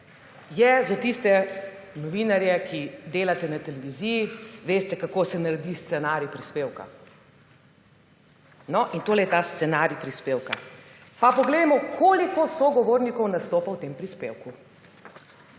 je za tiste novinarje, ki delate na televiziji in veste, kako se naredi scenarij prispevka. No, in tole je ta scenarij prispevka. Pa poglejmo, koliko sogovornikov nastopa v tem prispevku.